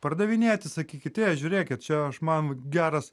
pardavinėti sakykit ė žiūrėkit čia aš man geras